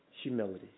humility